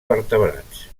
vertebrats